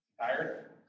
Tired